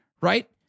Right